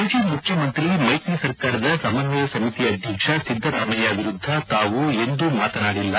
ಮಾಜಮುಖ್ಯಮಂತ್ರಿ ಮೈತ್ರಿ ಸರ್ಕಾರದ ಸಮನ್ವಯ ಸಮಿತಿ ಅಧ್ಯಕ್ಷ ಸಿದ್ದರಾಮಯ್ಯ ವಿರುದ್ದ ತಾವು ಯಾವತ್ತೂ ಮಾತನಾಡಿಲ್ಲ